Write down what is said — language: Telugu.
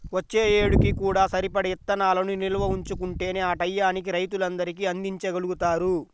వచ్చే ఏడుకి కూడా సరిపడా ఇత్తనాలను నిల్వ ఉంచుకుంటేనే ఆ టైయ్యానికి రైతులందరికీ అందిచ్చగలుగుతారు